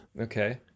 Okay